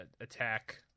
attack